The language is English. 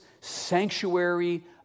sanctuary